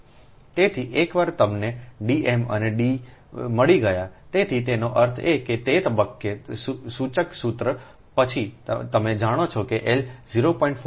તેથી એકવાર તમને D m અને D મળી ગયા તેથી તેનો અર્થ એ કે તે તબક્કે સૂચક સૂત્ર પછી તમે જાણો છો કે L 0